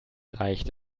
reicht